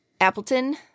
Appleton